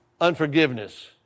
unforgiveness